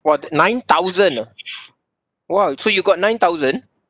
what nine thousand !wow! so you got nine thousand